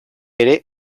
ere